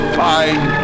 fine